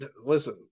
listen